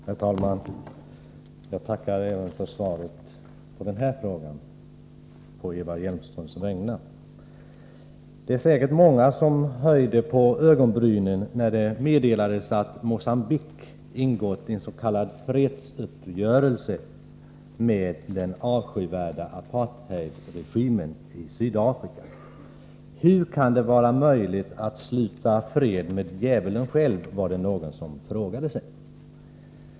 Herr talman! Jag tackar även för svaret på denna fråga å Eva Hjelmströms vägnar. Många höjde säkert på ögonbrynen när det meddelades att Mogambique ingått en s.k. fredsuppgörelse med den avskyvärda apartheidregimen i Sydafrika. Hur kan det vara möjligt att sluta fred med djävulen själv? frågade någon sig.